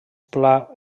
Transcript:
pla